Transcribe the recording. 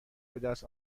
بدست